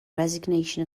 resignation